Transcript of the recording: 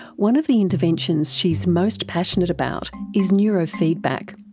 one of the interventions she's most passionate about, is neurofeedback.